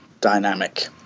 dynamic